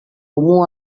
comú